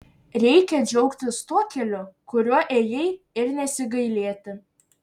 reikia džiaugtis tuo keliu kuriuo ėjai ir nesigailėti